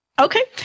Okay